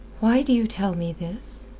why do you tell me this?